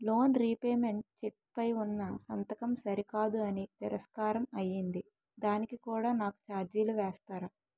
Loan repayment cheque పై ఉన్నా సంతకం సరికాదు అని తిరస్కారం అయ్యింది దానికి కూడా నాకు ఛార్జీలు వేస్తారా?